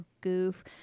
goof